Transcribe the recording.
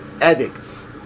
addicts